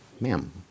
Ma'am